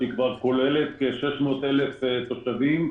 שכוללת כ-600,000 תושבים,